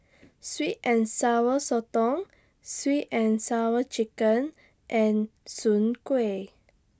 Sweet and Sour Sotong Sweet and Sour Chicken and Soon Kuih